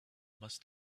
must